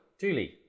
Julie